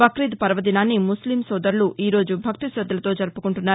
బక్రీద్ పర్వదినాన్ని ముస్లిం సోదరులు ఈ రోజు భక్తి శద్దలతో జరుపుకుంటున్నారు